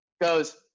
goes